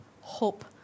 hope